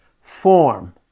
form